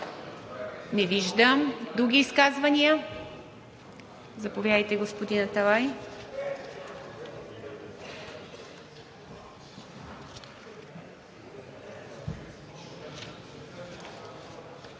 Не виждам. Други изказвания? Заповядайте, господин Аталай.